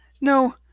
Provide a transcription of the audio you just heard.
No